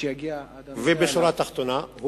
ובשורה התחתונה?